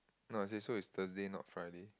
no I say so it's Thursday not Friday